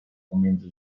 pomiędzy